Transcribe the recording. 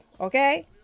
Okay